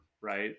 right